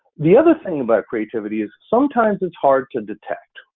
the other thing about creativity is sometimes it's hard to detect.